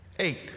eight